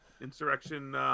Insurrection